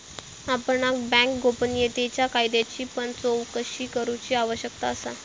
आपणाक बँक गोपनीयतेच्या कायद्याची पण चोकशी करूची आवश्यकता असा